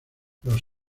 los